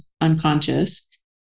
unconscious